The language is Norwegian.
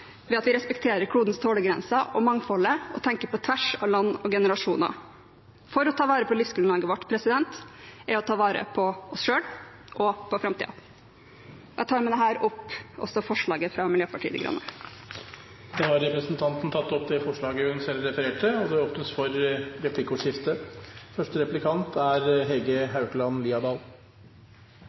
ved at vi respekterer klodens tålegrenser og mangfoldet og tenker på tvers av land og generasjoner. Å ta vare på livsgrunnlaget vårt er å ta vare på oss selv – og på framtiden. Jeg tar med dette opp forslaget fra Miljøpartiet De Grønne. Representanten Une Bastholm har tatt opp det forslaget hun refererte til. Det blir replikkordskifte. Klimautfordringene er en av vår tids største utfordringer. Med Høyre og